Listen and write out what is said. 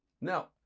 Now